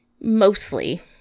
mostly